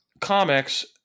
comics